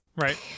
Right